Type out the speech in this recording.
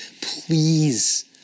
please